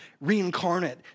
reincarnate